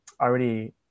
already